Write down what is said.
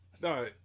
No